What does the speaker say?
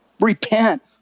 Repent